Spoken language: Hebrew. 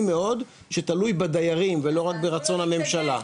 מאוד שתלוי בדיירים ולא רק ברצון הממשלה,